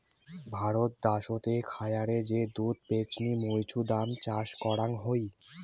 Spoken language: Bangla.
ভারত দ্যাশোতে খায়ারে যে দুধ ছেপনি মৌছুদাম চাষ করাং হই